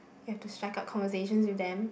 you have to strike up conversations with them